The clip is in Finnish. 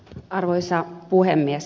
arvoisa puhemies